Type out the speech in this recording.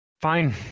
Fine